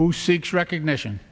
who seeks recognition